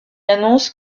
annonce